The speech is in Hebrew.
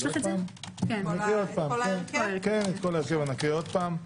נקריא את ההרכב שוב.